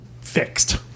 fixed